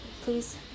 Please